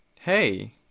Hey